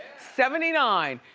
seventy nine.